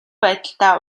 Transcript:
байдалтай